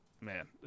man